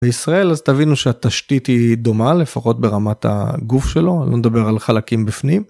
בישראל אז תבינו שהתשתית היא דומה, לפחות ברמת הגוף שלו, אני לא מדבר על חלקים בפנים.